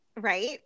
right